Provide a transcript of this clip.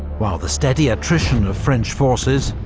while the steady attrition of french forces,